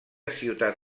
ciutat